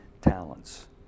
talents